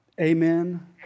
Amen